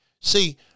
See